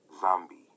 Zombie